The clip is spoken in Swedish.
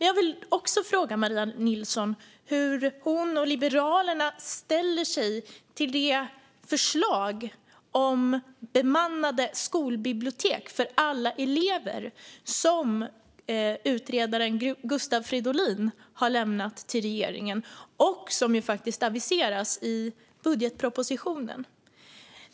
Jag vill fråga Maria Nilsson hur hon och Liberalerna ställer sig till det förslag om bemannade skolbibliotek för alla elever som utredaren Gustav Fridolin har lämnat till regeringen och som faktiskt aviseras i budgetpropositionen.